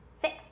Six